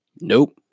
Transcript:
Nope